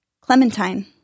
Clementine